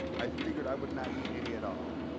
i figured i would not eat any at all,